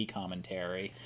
commentary